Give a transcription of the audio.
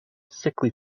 sickly